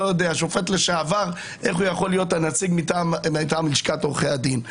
אני לא יודע איך שופט לשעבר יכול להיות הנציג מטעם לשכת עורכי הדין.